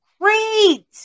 great